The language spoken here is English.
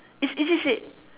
it's easy said